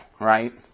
right